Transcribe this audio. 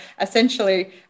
essentially